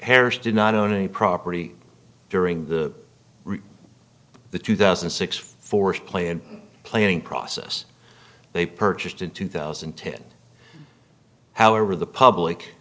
harris did not own any property during the the two thousand and six forced play and planning process they purchased in two thousand and ten however the public